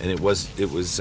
and it was it was